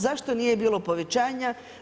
Zašto nije bilo povećanja?